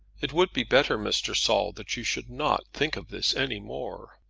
it would be better, mr. saul, that you should not think of this any more.